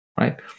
right